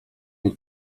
mnie